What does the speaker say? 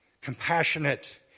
compassionate